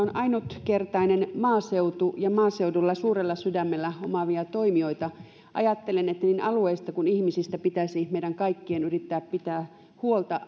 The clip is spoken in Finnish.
on ainutkertainen maaseutu ja maaseudulla suuren sydämen omaavia toimijoita ajattelen että niin alueista kuin ihmisistä pitäisi meidän kaikkien yrittää pitää huolta